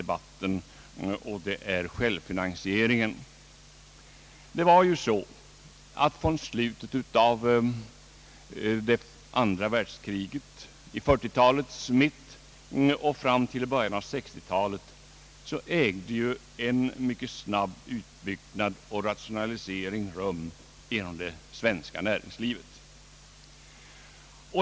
debatt, och det är självfinansieringen. Från slutet av andra världskriget — i mitten av 1940-talet — fram till början av 1960-talet ägde en mycket snabb utbyggnad och rationalisering rum i det svenska näringslivet.